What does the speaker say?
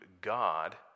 God